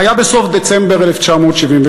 זה היה בסוף דצמבר 1973,